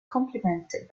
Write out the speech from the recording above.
complemented